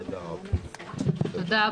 תודה.